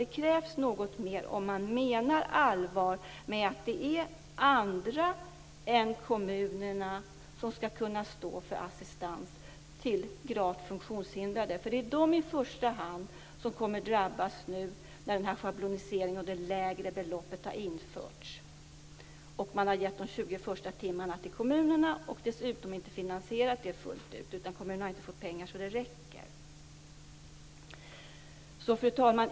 Det krävs något mer om man menar allvar med att det är andra än kommunerna som skall kunna stå för assistans till gravt funktionshindrade. Det är i första hand de som kommer att drabbas när schabloniseringen och det lägre beloppet nu har införts och man har gett de 20 första timmarna till kommunerna, när man inte heller har finansierat det fullt ut utan kommunerna inte har fått pengar så att det räcker. Fru talman!